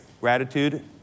gratitude